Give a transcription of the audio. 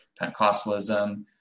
Pentecostalism